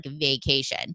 vacation